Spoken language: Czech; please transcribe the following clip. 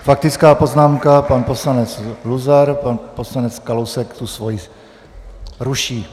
Faktická poznámka, pan poslanec Luzar, pan poslanec Kalousek tu svoji ruší.